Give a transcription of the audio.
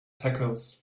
tacos